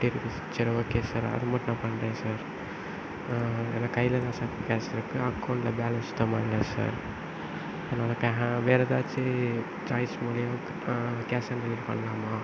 fifty rupees சரி okay sir அது மட்டும் பண்ணுறேன் சார் கையிலதான் சார் கேஷ் இருக்கு அக்கவுண்ட்டில் பேலன்ஸ் சுத்தமாக இல்லை சார் அதனால் வேற எதாச்சு சாய்ஸ் மூலியமாக கேஷ் ஆன் டெலிவெரி பண்ணலாமா